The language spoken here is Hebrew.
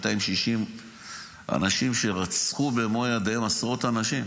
260 אנשים שרצחו במו ידיהם עשרות אנשים.